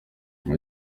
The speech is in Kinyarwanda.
ngo